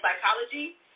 psychology